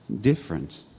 different